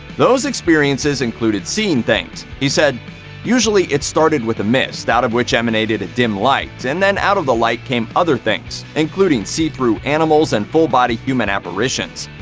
those experiences included seeing things. he said usually it started with a mist, out of which emanated a dim light, and then out of the light came other things including see-through animals and full-body human apparitions.